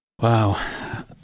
Wow